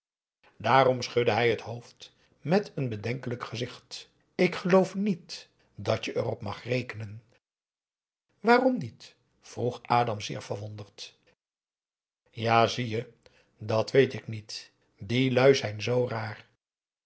daarom schudde hij t hoofd met een bedenkelijk gezicht ik geloof niet dat je erop mag rekenen waarom niet vroeg adam zeer verwonderd ja zie je dat weet ik niet die lui zijn zoo raar